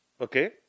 Okay